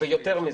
ויותר מזה,